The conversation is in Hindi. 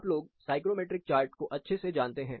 आप लोग साइक्रोमेट्रिक चार्ट को अच्छे से जानते हैं